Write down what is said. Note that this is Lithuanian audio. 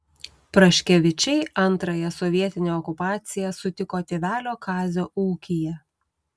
praškevičiai antrąją sovietinę okupaciją sutiko tėvelio kazio ūkyje